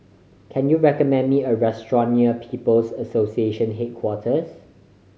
can you recommend me a restaurant near People's Association Headquarters